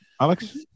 Alex